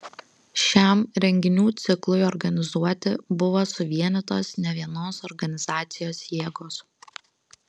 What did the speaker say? šiam renginių ciklui organizuoti buvo suvienytos nevienos organizacijos jėgos